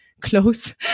close